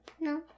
No